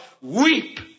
weep